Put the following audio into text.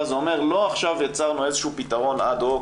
זה אומר לא עכשיו יצרנו איזה שהוא פתרון אד-הוק,